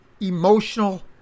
emotional